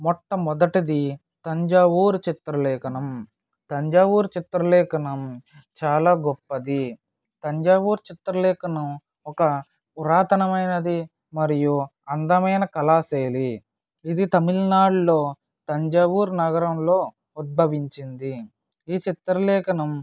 మొట్టమొదటిది తంజావూర్ చిత్రలేఖనం తంజావూర్ చిత్రలేఖనం చాలా గొప్పది తంజావూర్ చిత్రలేఖనం ఒక పురాతనమైనది మరియు అందమైన కళాశైలి ఇది తమిళనాడులో తంజావూర్ నగరంలో ఉద్భవించింది ఈ చిత్రలేఖనం